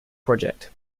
project